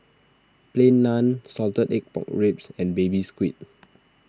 Plain Naan Salted Egg Pork Ribs and Baby Squid